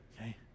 okay